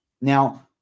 Now